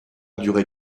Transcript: duré